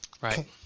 right